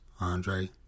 Andre